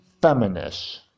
feminist